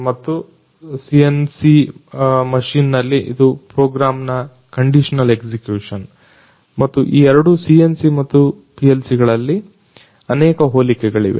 ಮತ್ತು CNC machine ನಲ್ಲಿ ಇದು ಪ್ರೋಗ್ರಾಮ್ ನ ಕಂಡೀಶನಲ್ ಎಕ್ಸಿಕ್ಯೂಷನ್ ಮತ್ತು ಈ ಎರಡು CNC ಮತ್ತು PLC ಗಳಲ್ಲಿ ಅನೇಕ ಹೋಲಿಕೆಗಳಿವೆ